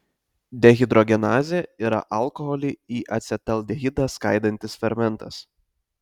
dehidrogenazė yra alkoholį į acetaldehidą skaidantis fermentas